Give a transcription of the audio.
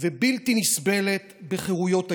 ובלתי נסבלת בחירויות היסוד.